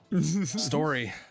story